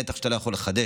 בטח שאתה לא יכול לחדש